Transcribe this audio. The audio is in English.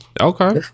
okay